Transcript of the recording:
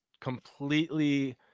completely